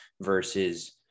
versus